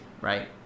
right